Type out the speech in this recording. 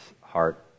heart